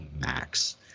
max